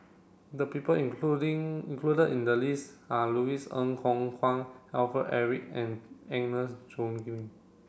the people including included in the list are Louis Ng Kok Kwang Alfred Eric and Agnes Joaquim